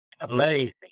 amazing